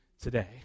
today